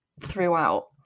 throughout